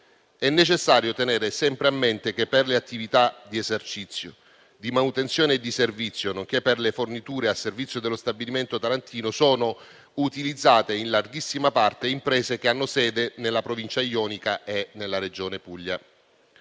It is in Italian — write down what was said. È necessario tenere sempre a mente che per le attività di esercizio, di manutenzione e di servizio, nonché per le forniture a servizio dello stabilimento tarantino, sono utilizzate in larghissima parte imprese che hanno sede nella Provincia ionica e nella Regione Puglia.